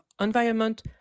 environment